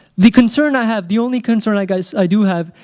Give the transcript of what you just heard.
the concern i have, the only concern i guess i do have,